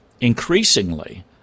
increasingly